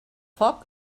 foc